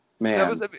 man